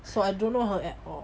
so I don't know her at all